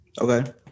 okay